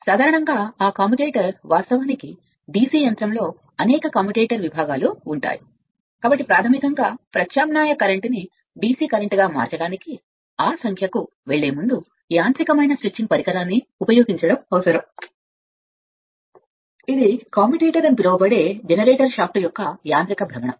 సాధారణంగా ఆ కమ్యుటేటర్ వాస్తవానికి మీరు DC యంత్రంలో పిలిచే వాటిలో మీకు అనేక కమ్యుటేటర్ విభాగాలు ఉన్నాయి కాబట్టి ప్రాథమికంగా ప్రత్యామ్నాయ కరెంట్ని DC కరెంట్గా మార్చడానికి ఆ సంఖ్యకు వెళ్ళే ముందు యాంత్రికమైన స్విచ్చింగ్ పరికరాన్ని ఉపయోగించడం అవసరం ఇది కమ్యుటేటర్ అని పిలువబడే జనరేటర్ షాఫ్ట్ యొక్క యాంత్రిక భ్రమణం